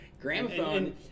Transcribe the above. Gramophone